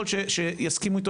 יכול להיות שיסכימו איתו,